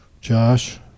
Josh